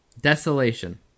desolation